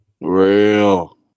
real